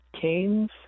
Cain's